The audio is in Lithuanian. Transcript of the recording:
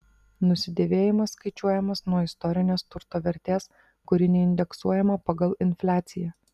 nusidėvėjimas skaičiuojamas nuo istorinės turto vertės kuri neindeksuojama pagal infliaciją